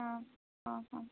হুম হুম হুম